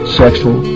sexual